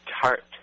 tart